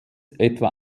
etwa